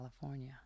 California